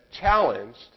challenged